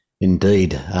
Indeed